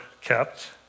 kept